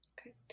Okay